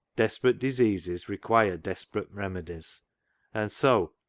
desperate diseases require desperate remedies and so,